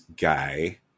guy